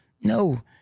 No